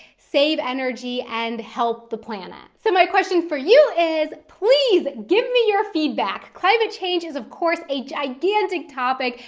save energy, and help the planet. so my question for you is please give me your feedback. climate change is of course a gigantic topic,